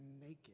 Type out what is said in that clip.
naked